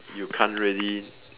you can't really